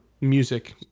music